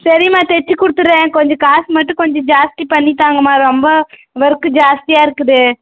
சரிம்மா தைச்சிக் கொடுத்துறேன் கொஞ்சம் காசு மட்டும் கொஞ்சம் ஜாஸ்தி பண்ணி தாங்கம்மா ரொம்ப ஒர்க்கு ஜாஸ்தியாக இருக்குது